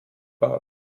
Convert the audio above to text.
bart